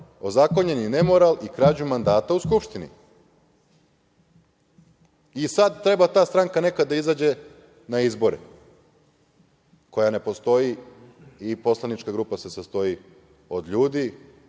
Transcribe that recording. ozakonjeni nemoral i krađu mandata u Skupštini. Sad treba ta stranka nekad da izađe na izbore, koja ne postoji i poslanička grupa se sastoji od ljudi